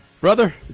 Brother